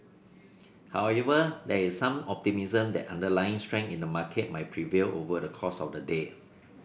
however there is some optimism that underlying strength in the market might prevail over the course of the day